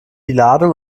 ladung